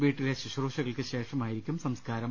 വീട്ടിലെ ശുശ്രൂഷകൾക്ക് ശേഷമായിരിക്കും സംസ്കാരം